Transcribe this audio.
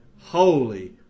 holy